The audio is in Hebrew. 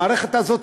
המערכת הזו,